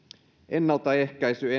ennalta ehkäisy